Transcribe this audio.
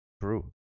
True